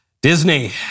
Disney